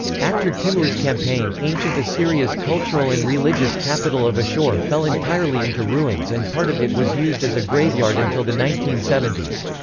after timur's campaign, ancient assyria's cultural and religious capital of assur fell entirely into ruins and part of it was used as a graveyard until the nineteen seventy